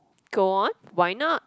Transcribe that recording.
go on why not